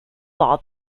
law